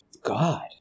God